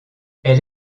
elle